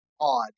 odd